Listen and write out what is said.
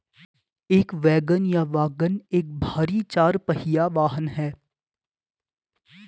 एक वैगन या वाग्गन एक भारी चार पहिया वाहन है